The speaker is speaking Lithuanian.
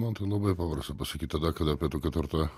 man tai labai paprasta pasakyt tada kada tokio turto